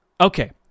Okay